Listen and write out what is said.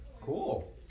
Cool